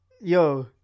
Yo